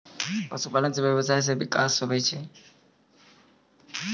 पशुपालन से व्यबसाय मे भी बिकास हुवै छै